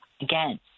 again